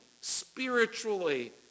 spiritually